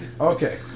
Okay